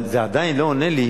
אבל זה עדיין לא עונה לי,